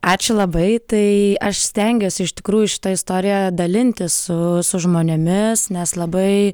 ačiū labai tai aš stengiuosi iš tikrųjų šita istorija dalintis su su žmonėmis nes labai